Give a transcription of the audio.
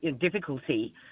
difficulty